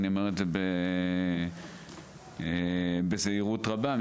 אני אומר זאת בזהירות רבה,